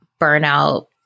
burnout